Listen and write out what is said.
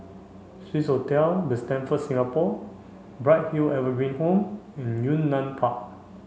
Swissotel the Stamford Singapore Bright Hill Evergreen Home and Yunnan Park